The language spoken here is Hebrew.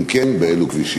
2. אם כן, באילו כבישים?